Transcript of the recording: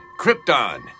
Krypton